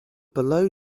below